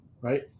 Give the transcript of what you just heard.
right